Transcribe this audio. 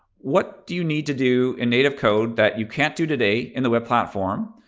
what do you need to do in native code that you can't do today in the web platform?